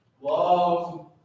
love